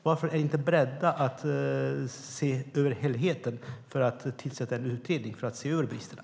Varför är ni inte beredda att se över helheten genom att tillsätta en utredning för att se över bristerna?